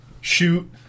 shoot